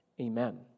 Amen